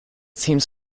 seems